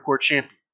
Champion